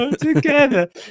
together